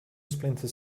splinter